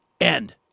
end